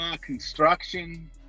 construction